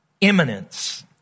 imminence